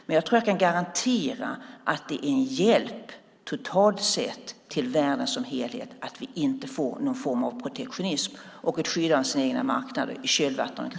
Men jag tror att jag kan garantera att det totalt sett är en hjälp till världen som helhet att vi i kölvattnet av krisen i dag inte får någon form av protektionism och ett skydd av egna marknader.